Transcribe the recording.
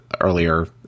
earlier